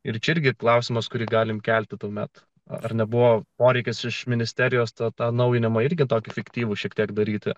ir čia irgi klausimas kurį galime kelti tuomet ar nebuvo poreikis iš ministerijos tą naujinimą irgi tokį efektyvų šiek tiek daryti